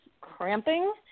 cramping